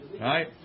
Right